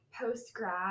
post-grad